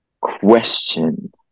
question